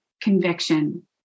conviction